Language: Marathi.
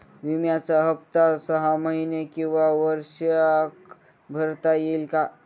विम्याचा हफ्ता सहामाही किंवा वार्षिक भरता येईल का?